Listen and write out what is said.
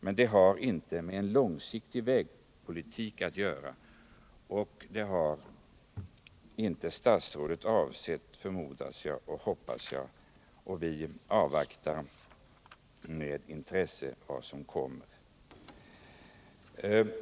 Men det har inte med långsiktig vägpolitik att göra — och det har inte heller statsrådet avsett, förmodar och hoppas jag. Vi avvaktar med intresse vad som kommer.